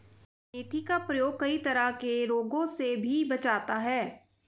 मेथी का प्रयोग कई तरह के रोगों से भी बचाता है